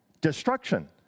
destruction